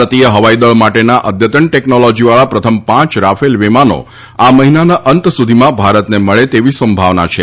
ભારતીય હવાઈદળ માટેના અદ્યતન ટેકનોલોજીવાળા પ્રથમ પાંચ રાફેલ વિમાનો આ મહિનાના અંત સુધીમાં ભારતને મળે તેવી સંભાવના છે